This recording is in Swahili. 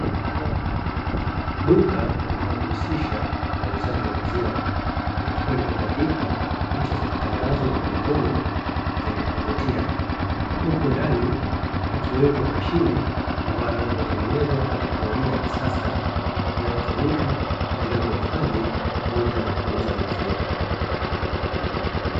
Duka linalojihusisha na uuzaji wa maziwa, likiwa limebandikwa picha za matangazo mlangoni zenye kuvutia, huku ndani ikiwepo mashine, ambayo imetengenezwa kwa tekinolojia ya kisasa inayotumika katika kuhifadhi pamoja na kuuza maziwa.